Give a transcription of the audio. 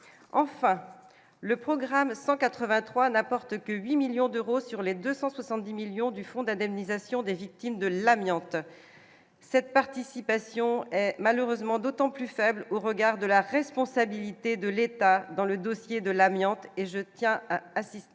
enfin le programme 183 n'apporte que 8 millions d'euros sur les 270 millions du fonds d'indemnisation des victimes de l'amiante, cette participation, malheureusement, d'autant plus faible au regard de la responsabilité de l'État dans le dossier de l'amiante et je tiens à insister